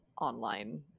online